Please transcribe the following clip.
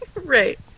right